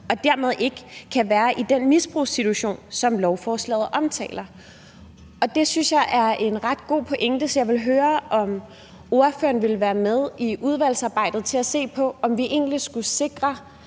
og dermed ikke kan være i den misbrugssituation, som lovforslaget omtaler. Det synes jeg er en ret god pointe, så jeg vil høre, om ordføreren i udvalgsarbejdet vil være med til at se på, om vi egentlig skulle sikre